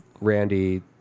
Randy